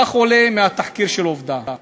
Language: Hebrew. כך עולה מהתחקיר של "עובדה".